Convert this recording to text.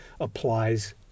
applies